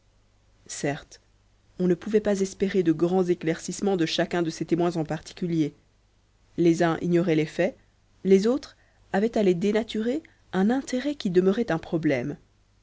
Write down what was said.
certes on ne pouvait pas espérer de grands éclaircissements de chacun de ces témoins en particulier les uns ignoraient les faits les autres avaient à les dénaturer un intérêt qui demeurait un problème